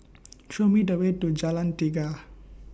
Show Me The Way to Jalan Tiga